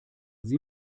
sie